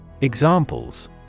Examples